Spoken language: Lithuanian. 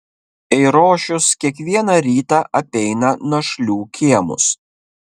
eirošius kiekvieną rytą apeina našlių kiemus